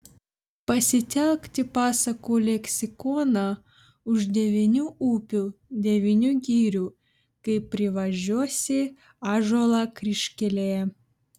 pasitelkti pasakų leksikoną už devynių upių devynių girių kai privažiuosi ąžuolą kryžkelėje